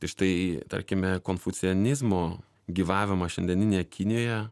ir štai tarkime konfucianizmo gyvavimą šiandieninėje kinijoje